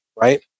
right